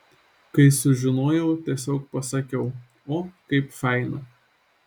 kai sužinojau tiesiog pasakiau o kaip faina